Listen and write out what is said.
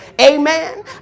Amen